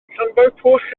llanfairpwll